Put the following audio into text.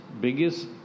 biggest